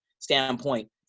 standpoint